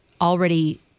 already